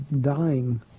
dying